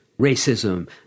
Racism